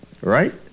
Right